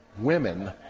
women